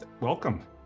welcome